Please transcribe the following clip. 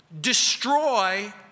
destroy